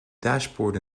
dashboard